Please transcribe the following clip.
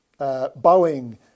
Boeing